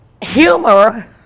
humor